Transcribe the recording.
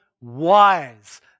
wise